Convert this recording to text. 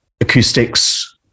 acoustics